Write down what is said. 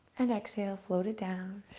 and exhale float it down.